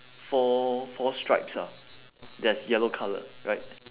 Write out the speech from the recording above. four four stripes ah that's yellow coloured right